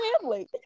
family